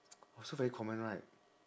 also very common right